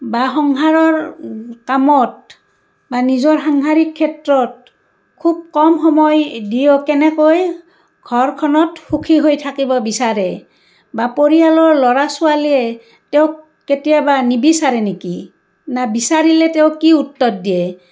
বা সংসাৰৰ কামত বা নিজৰ সাংসাৰিক ক্ষেত্ৰত খুব কম সময় দিও কেনেকৈ ঘৰখনত সুখী হৈ থাকিব বিচাৰে বা পৰিয়ালৰ ল'ৰা ছোৱালীয়ে তেওঁক কেতিয়াবা নিবিচাৰে নেকি নে বিচাৰিলে তেওঁ কি উত্তৰ দিয়ে